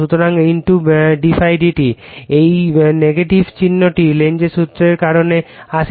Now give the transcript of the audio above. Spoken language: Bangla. সুতরাং d ∅ dt এই চিহ্নটি লেনজের সূত্রের কারণে আসে